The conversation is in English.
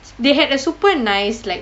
they had a super nice like